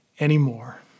anymore